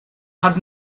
had